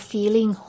Feeling